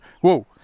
whoa